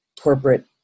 corporate